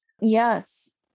Yes